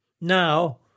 Now